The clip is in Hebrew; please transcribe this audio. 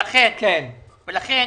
לכן